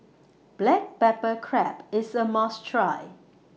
Black Pepper Crab IS A must Try